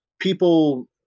people